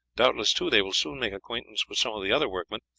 doubtless, too, they will soon make acquaintance with some of the other workmen,